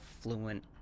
fluent